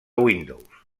windows